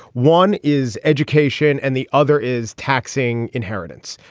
one is education and the other is taxing inheritance.